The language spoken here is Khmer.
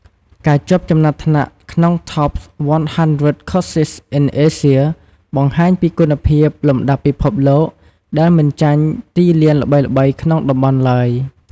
ការជាប់ចំណាត់ថ្នាក់ក្នុង "Top 100 Courses in Asia" បង្ហាញពីគុណភាពលំដាប់ពិភពលោកដែលមិនចាញ់ទីលានល្បីៗក្នុងតំបន់ឡើយ។